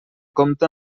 compta